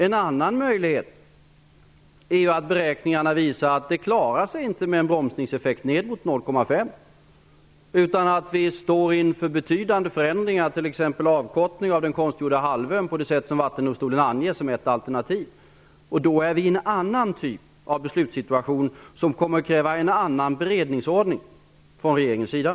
En annan möjlighet är ju att beräkningarna visar att det inte klarar sig med en bromsningseffekt ned mot 0,5 %, utan att vi står inför betydande förändringar, t.ex. avkortning av den konstgjorda halvön på det sätt som Vattendomstolen anger som ett alternativ. Då hamnar vi i en annan typ av beslutssituation som kommer att kräva en annan beredningsordning från regeringens sida.